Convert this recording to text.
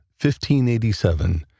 1587